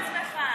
את עצמך.